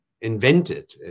Invented